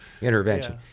intervention